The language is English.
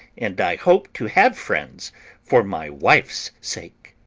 and i hope to have friends for my wife's sake.